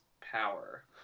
power